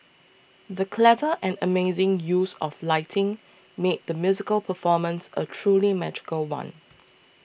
the clever and amazing use of lighting made the musical performance a truly magical one